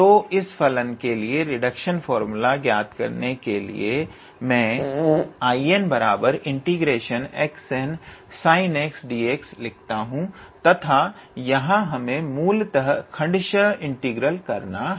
तो इस फलन के लिए रिडक्शन फार्मूला ज्ञात करने के लिए मैं 𝐼𝑛∫𝑥𝑛𝑠𝑖𝑛𝑥𝑑𝑥 लिखता हूं तथा यहां हमें मूलतः खण्ड्शह इंटीग्रल करना है